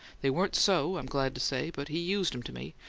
they weren't so, i'm glad to say, but he used em to me,